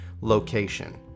location